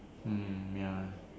mm ya